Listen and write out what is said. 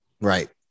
Right